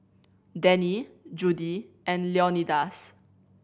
Denny Judi and Leonidas